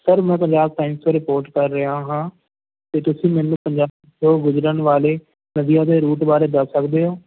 sir ਮੈਂ Punjab science ਤੋਂ report ਕਰ ਰਿਹਾ ਹਾਂ ਕੀ ਤੁਸੀਂ ਮੈਨੂੰ ਪੰਜਾਬ ਤੋਂ ਗੁਜਰਨ ਵਾਲੇ ਨਦੀਆਂ ਦੇ ਰੂਟ ਬਾਰੇ ਦੱਸ ਸਕਦੇ ਹੋ